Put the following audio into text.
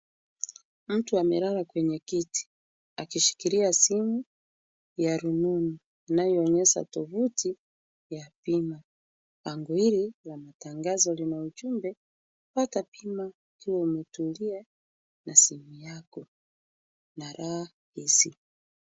Mtu amelala kwenye kiti akishikilia simu ya rununu inayoonyesha tovuti ya bima. Bango hili la matangazo lina ujumbe, pata bima ukiwa umetulia na simu yako na raha hizi.